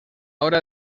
hora